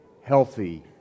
healthy